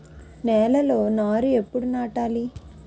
నేలలో నారు ఎప్పుడు నాటాలి?